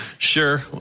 Sure